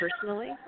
personally